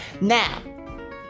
Now